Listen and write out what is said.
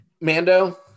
Mando